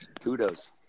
Kudos